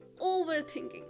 overthinking